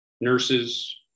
nurses